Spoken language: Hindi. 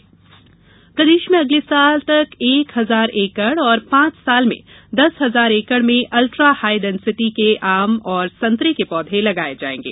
पौधरोपण प्रदेश में अगले साल तक एक हजार एकड़ और पाँच साल में दस हजार एकड़ में अल्ट्रा हाईडेंसिटी के आम और संतरे के पौधे लगाए जाएंगे